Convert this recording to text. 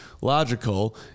logical